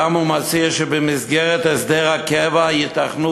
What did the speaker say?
פעם הוא מציע שבמסגרת הסכם הקבע ייתכנו